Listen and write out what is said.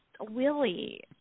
Willie